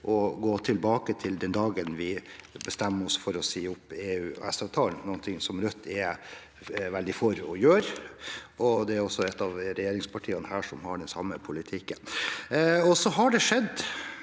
å gå tilbake til den dagen vi bestemmer oss for å si opp EØS-avtalen, noe Rødt er veldig for å gjøre. Det er også ett av regjeringspartiene her som har den samme politikken. Så har det skjedd